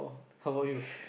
how about you